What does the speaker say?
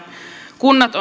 kunnat